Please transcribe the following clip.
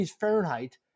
Fahrenheit